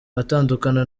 atandukana